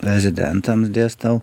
rezidentams dėstau